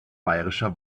bayerischer